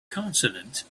consonant